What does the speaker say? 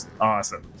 Awesome